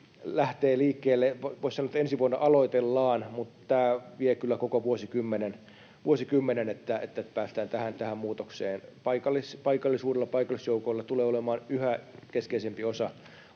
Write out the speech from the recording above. lähtee liikkeelle. Voisi sanoa, että ensi vuonna aloitellaan, mutta vie kyllä koko vuosikymmenen, että päästään tähän muutokseen. Paikallisuudella, paikallisjoukoilla tulee olemaan yhä keskeisempi osa